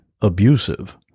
abusive